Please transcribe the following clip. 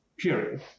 Period